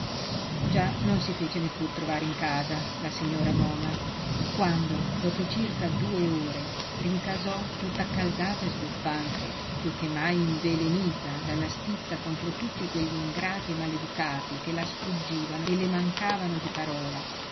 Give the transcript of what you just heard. già non si fece neppur trovare in casa la signora moma quando dopo circa due ore rincasò tutta accaldata e sbuffante piú che mai invelenita dalla stizza contro tutti quegli ingrati e maleducati che la sfuggivano e le mancavano di parola